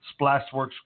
Splashworks